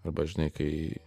arba žinai kai